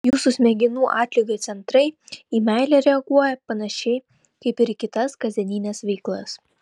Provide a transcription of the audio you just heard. jūsų smegenų atlygio centrai į meilę reaguoja panašiai kaip ir kitas kasdienines veiklas